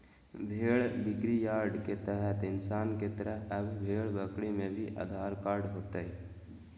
भेड़ बिक्रीयार्ड के तहत इंसान के तरह अब भेड़ बकरी के भी आधार कार्ड होतय